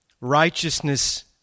Righteousness